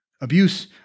abuse